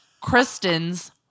Kristen's